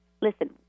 listen